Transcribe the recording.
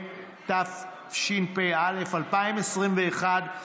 התשפ"א 2021,